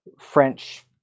French